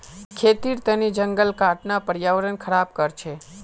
खेतीर तने जंगल काटना पर्यावरण ख़राब कर छे